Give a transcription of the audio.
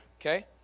okay